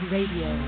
Radio